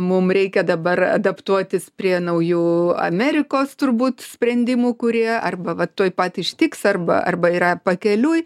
mum reikia dabar adaptuotis prie naujų amerikos turbūt sprendimų kurie arba va tuoj pat ištiks arba arba yra pakeliui